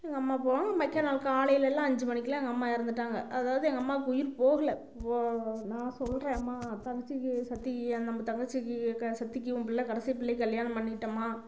எங்கள் அம்மா போகும் மைக்கா நாள் காலைலல்லாம் அஞ்சு மணிக்கெல்லாம் எங்கள் அம்மா இறந்துட்டாங்க அதாவது எங்கள் அம்மாவுக்கு உயிர் போகல நான் சொல்கிறேன் அம்மா தங்கச்சிக்கு சத்தி நம்ம தங்கச்சிக்கு சத்திக்கு உன் பிள்ள கடைசி பிள்ளைக்கு கல்யாணம் பண்ணிட்டோம்மா